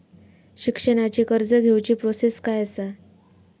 शिक्षणाची कर्ज घेऊची प्रोसेस काय असा?